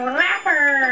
rapper